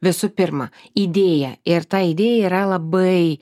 visų pirma idėja ir ta idėja yra labai